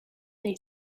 they